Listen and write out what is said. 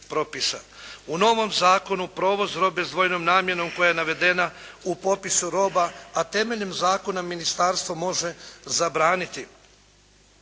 U novom zakonu provoz robe s dvojnom namjenom koja je navedena u popisu roba a temeljem zakona ministarstvo može zabraniti